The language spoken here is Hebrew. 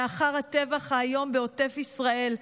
לאחר הטבח האיום בעוטף ישראל,